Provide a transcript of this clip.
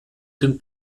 den